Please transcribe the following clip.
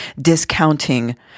discounting